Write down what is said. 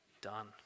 done